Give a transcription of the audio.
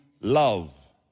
love